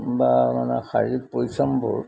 বা মানে শাৰীৰিক পৰিশ্ৰমবোৰ